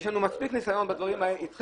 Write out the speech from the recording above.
יש לנו מספיק ניסיון בדברים האלה איתכם